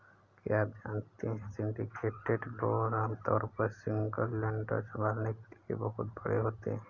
क्या आप जानते है सिंडिकेटेड लोन आमतौर पर सिंगल लेंडर संभालने के लिए बहुत बड़े होते हैं?